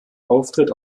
auftritt